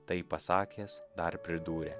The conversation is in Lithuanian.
tai pasakęs dar pridūrė